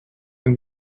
and